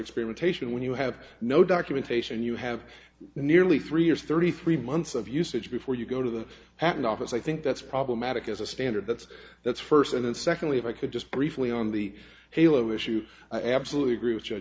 experimentation when you have no documentation and you have nearly three years thirty three months of usage before you go to the patent office i think that's problematic as a standard that's that's first and secondly if i could just briefly on the halo issue i absolutely agree with